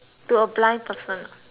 person